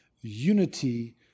unity